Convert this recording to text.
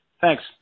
Thanks